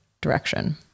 direction